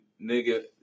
nigga